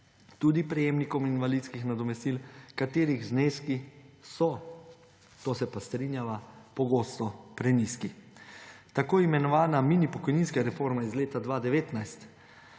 tudi prejemnikom invalidskih nadomestil, katerih zneski so, to se pa strinjava, pogosto prenizki. Tako imenovana mini pokojninska reforma iz leta 2019